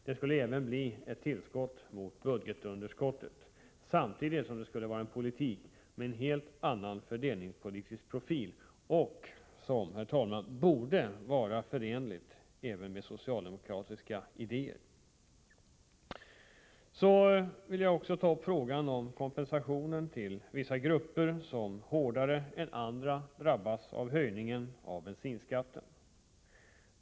Det skulle även bli ett tillskott för att täcka budgetunderskottet, samtidigt som det skulle vara en politik med en helt annan fördelningspolitisk profil. Detta borde, herr talman, vara förenligt även med socialdemokratiska idéer. Så vill jag också ta upp frågan om kompensationen till vissa grupper som hårdare än andra drabbas av höjningen av bensinskatten.